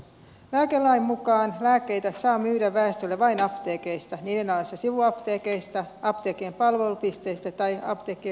lääkelain mukaan lääkkeitä saa myydä väestölle vain apteekeista niiden alaisista sivuapteekeista apteekkien palvelupisteistä tai apteekkien verkkopalvelun välityksellä